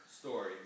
story